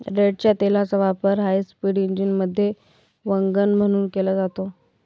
रेडच्या तेलाचा वापर हायस्पीड इंजिनमध्ये वंगण म्हणून केला जातो